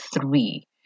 three